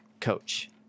coach